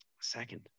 Second